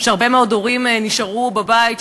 כשהרבה מאוד הורים נשארו בבית,